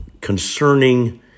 concerning